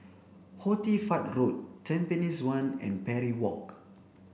Fatt Road Tampines one and Parry Walk